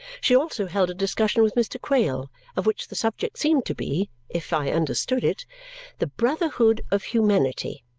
she also held a discussion with mr. quale of which the subject seemed to be if i understood it the brotherhood of humanity,